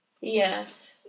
yes